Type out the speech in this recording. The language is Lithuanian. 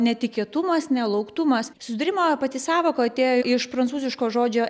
netikėtumas nelauktumas susidūrimo pati sąvoka atėjo iš prancūziško žodžio